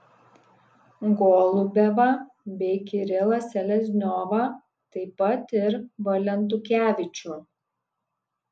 golubevą bei kirilą selezniovą taip pat ir valentukevičių